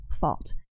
fault